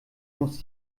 muss